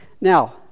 now